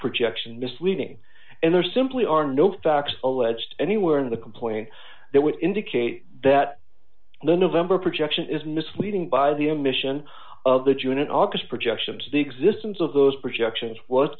projection misleading and there simply are no facts alleged anywhere in the complaint that would indicate that the november projection is misleading by the emission of the june and august projections the existence of those projections w